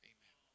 Amen